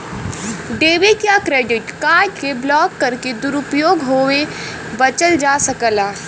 debit या credit card के block करके दुरूपयोग होये बचल जा सकला